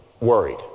worried